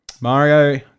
Mario